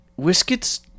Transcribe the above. whiskets